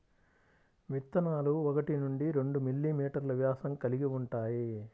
విత్తనాలు ఒకటి నుండి రెండు మిల్లీమీటర్లు వ్యాసం కలిగి ఉంటాయి